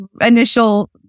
initial